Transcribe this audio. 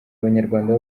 abanyarwanda